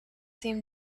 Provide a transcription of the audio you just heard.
seem